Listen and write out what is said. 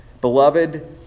Beloved